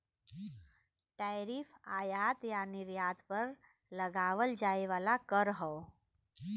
tariff आयात या निर्यात पर लगावल जाये वाला कर हौ